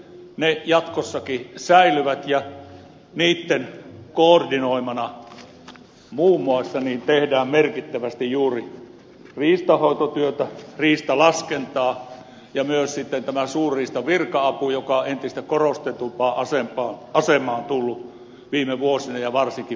todella riistanhoitoyhdistykset jatkossakin säilyvät ja niitten koordinoimana muun muassa tehdään merkittävästi juuri riistanhoitotyötä riistalaskentaa ja myös tätä suurriistavirka apu toimintaa joka on noussut viime vuosina ja varsinkin viime syksynä entistä korostetumpaan asemaan